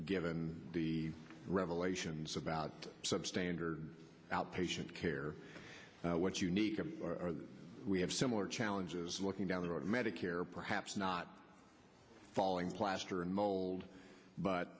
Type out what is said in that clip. given the revelations about substandard outpatient care what's unique we have similar challenges looking down the road of medicare perhaps not falling plaster and mold but